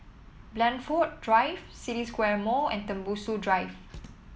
Blandford Drive City Square Mall and Tembusu Drive